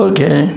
Okay